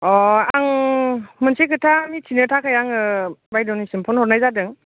अ आं मोनसे खोथा मिथिनो थाखाय आङो बायद'निसिम फ'न हरनाय जादों